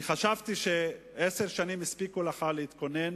אני חשבתי שעשר שנים הספיקו לך להתכונן